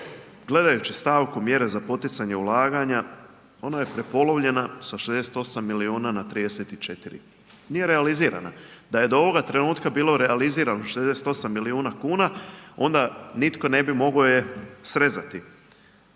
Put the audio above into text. gledajući stavku mjere za poticanje ulaganja ona je prepolovljena sa 68 milijuna na 34. Nije realizirana, da je do ovoga trenutka bilo realizirano 68 milijuna kuna onda nitko ne bi mogao je srezati.